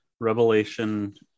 Revelation